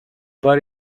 but